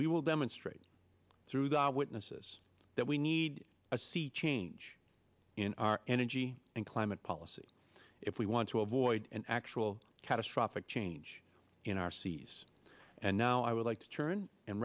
we will demonstrate through our witnesses that we need a sea change in our energy and climate policy if we want to avoid an actual catastrophic change in our seas and now i would like to turn and